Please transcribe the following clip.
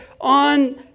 on